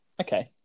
Okay